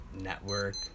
network